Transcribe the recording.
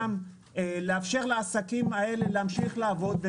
גם לאפשר לעסקים האלה להמשיך לעבוד.